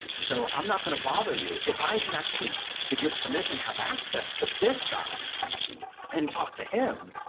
so, i'm not going to bother you. if i can actually with your permission have access to this guy and talk to him,